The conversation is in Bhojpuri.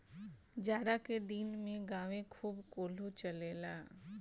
जाड़ा के दिन में गांवे खूब कोल्हू चलेला